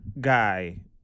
guy